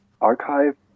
archive